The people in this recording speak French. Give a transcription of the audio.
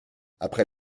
après